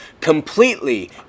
completely